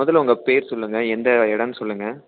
முதல்ல உங்கள் பேர் சொல்லுங்கள் எந்த இடன்னு சொல்லுங்கள்